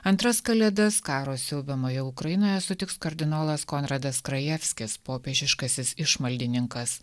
antras kalėdas karo siaubiamoje ukrainoje sutiks kardinolas konradas krajevskis popiežiškasis išmaldininkas